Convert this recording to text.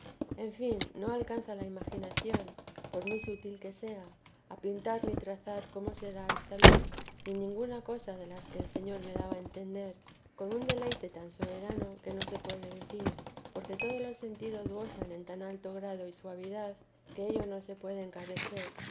en fin no alcanza la imaginación por muy sutil que sea a pintar ni trazar cómo será esta luz ni ninguna cosa de las que el señor me daba a entender con un deleite tan soberano que no se puede decir porque todos los sentidos gozan en tan alto grado y suavidad que ello no se puede encarecer